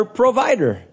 provider